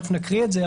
מיד נקרא את זה,